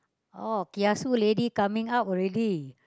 oh kiasu lady coming out already